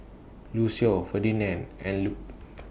Lucio Ferdinand and Luc